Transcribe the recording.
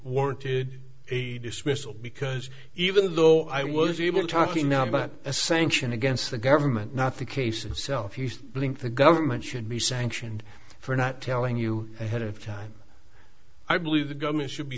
warranted a dismissal because even though i was able to talking now about a sanction against the government not the case itself you think the government should be sanctioned for not telling you the head of time i believe the government should be